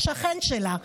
השכן שלה,